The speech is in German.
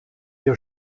der